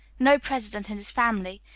no president and his family,